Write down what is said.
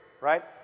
right